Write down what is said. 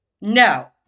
No